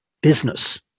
business